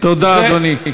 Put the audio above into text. תודה, אדוני.